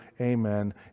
amen